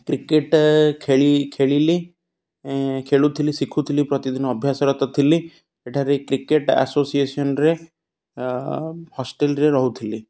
cricket ଖେଳି ଖେଳିଲି ଖେଳୁଥିଲି ଶିଖୁଥିଲି ପ୍ରତିଦିନ ଅଭ୍ୟାସରତ ଥିଲି ଏଠାରେ କ୍ରିକେଟ୍ ଆସୋସିଏସନ୍ରେ ହଷ୍ଟେଲ୍ରେ ରହୁଥିଲି